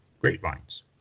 grapevines